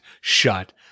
shut